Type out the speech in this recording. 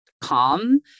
calm